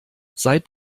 seit